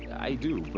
i do, but.